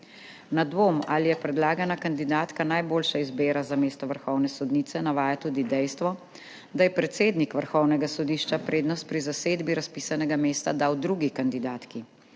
Na dvom, ali je predlagana kandidatka najboljša izbira za mesto vrhovne sodnice, navaja tudi dejstvo, da je predsednik Vrhovnega sodišča prednost pri zasedbi razpisanega mesta dal drugi kandidatki.